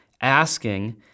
asking